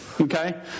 Okay